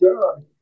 God